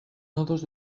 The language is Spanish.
nodos